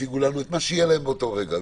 שיציגו לנו את מה שיהיה להם באותו רגע.